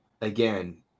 again